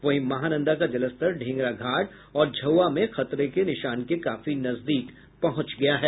वहीं महानंदा का जलस्तर ढेंगरा घाट और झौआ में खतरे के निशान के काफी नजदीक पहुंच गया है